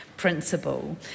Principle